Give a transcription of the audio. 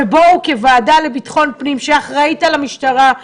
ובואו כוועדה לביטחון פנים שאחראית על המשטרה,